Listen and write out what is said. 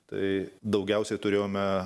tai daugiausiai turėjome